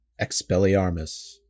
Expelliarmus